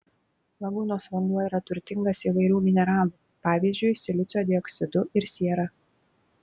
lagūnos vanduo yra turtingas įvairių mineralų pavyzdžiui silicio dioksidu ir siera